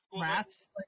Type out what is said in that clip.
rats